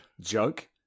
Joke